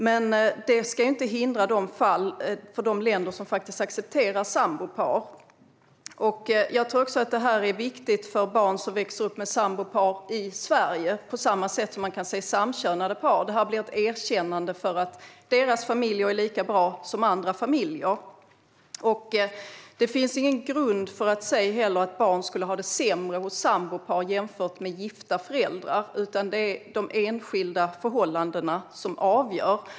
Men det ska inte hindra fall i de länder som accepterar sambopar. Det är också viktigt för barn som växer upp med sambopar i Sverige på samma sätt som med samkönade par. Det blir ett erkännande av att deras familjer är lika bra som andra familjer. Det finns ingen grund för att barn skulle ha det sämre hos sambopar jämfört med hos gifta föräldrar. Det är de enskilda förhållandena som avgör.